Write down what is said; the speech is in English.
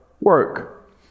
work